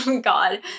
god